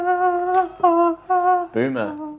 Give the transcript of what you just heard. Boomer